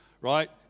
right